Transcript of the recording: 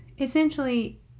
essentially